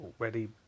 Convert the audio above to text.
already